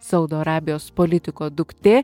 saudo arabijos politiko duktė